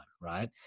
right